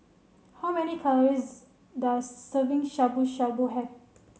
how many calories does serving Shabu Shabu have